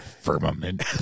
firmament